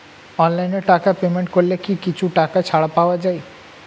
অনলাইনে টাকা পেমেন্ট করলে কি কিছু টাকা ছাড় পাওয়া যায়?